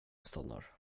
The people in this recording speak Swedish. stannar